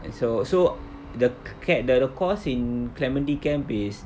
and so so the cat~ the course in clementi camp is